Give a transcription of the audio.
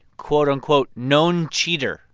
quote, unquote, known cheater.